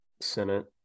Senate